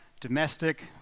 domestic